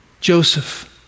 Joseph